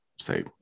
say